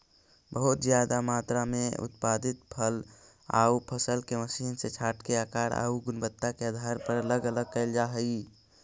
बहुत ज्यादा मात्रा में उत्पादित फल आउ फसल के मशीन से छाँटके आकार आउ गुणवत्ता के आधार पर अलग अलग कैल जा हई